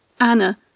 Anna